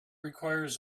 requires